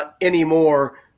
anymore